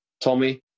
Tommy